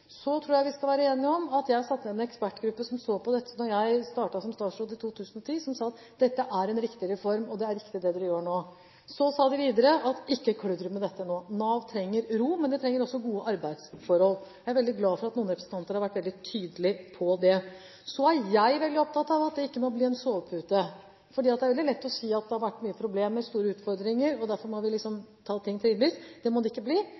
Så tror jeg vi skal være enige om at den ekspertgruppen jeg satte ned, og som så på dette da jeg startet som statsråd i 2010, sa at dette er en riktig reform, og det er riktig det dere gjør nå. Så sa de videre: Ikke kludre med dette nå. Nav trenger ro, men de trenger også gode arbeidsforhold. Jeg er veldig glad for at noen representanter har vært veldig tydelige på det. Så er jeg veldig opptatt av at det ikke må bli en sovepute, for det er veldig lett å si at det har vært mye problemer, store utfordringer, og derfor må vi ta ting trinnvis. Sånn må det ikke bli.